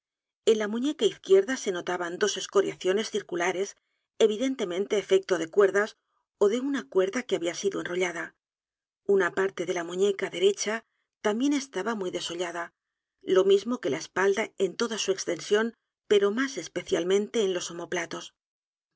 n la muñeca izquierda se notaban dos escoriaciones circulares evidentemente efecto de cuerdas ó de una cuerda el misterio de maría rogét que había sido enrollada una parte de la muñeca derecha también estaba muy desollada lo mismo que la espalda en toda su extensión pero más especialmente en los omoplatos